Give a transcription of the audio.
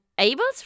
Abel's